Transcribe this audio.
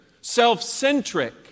self-centric